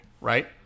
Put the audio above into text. right